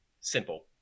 simple